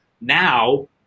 now